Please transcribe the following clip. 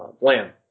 lamb